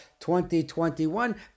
2021